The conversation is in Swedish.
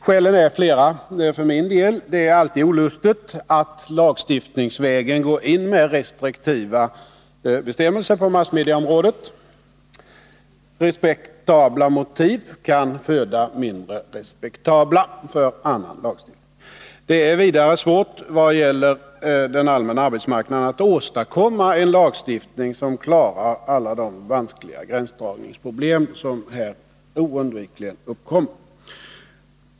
Skälen till detta är flera för min del. Det är alltid olustigt att lagstiftningsvägen gå in med restriktiva bestämmelser på massmediaområdet. Respektabla motiv kan föda mindre respektabla motiv för annan lagstiftning. Det är vidare svårt att för den allmänna arbetsmarknaden åstadkomma en lagstiftning som klarar alla de vanskliga gränsdragningsproblem som oundvikligen uppkommer där.